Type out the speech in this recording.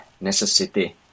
necessity